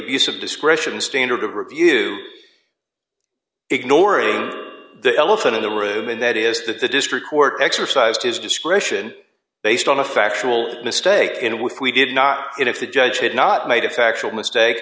abuse of discretion standard of review ignoring the elephant in the room and that is that the district court exercised his discretion based on a factual mistake in which we did not if the judge had not made a factual mistake